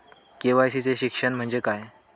KYC चे शिक्षण म्हणजे काय?